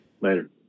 later